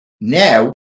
Now